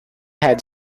had